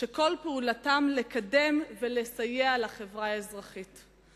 שכל פעולתם לקדם את החברה האזרחית ולסייע לה.